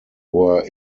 were